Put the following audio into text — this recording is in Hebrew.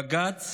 בג"ץ